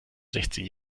sechzehn